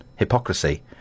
Hypocrisy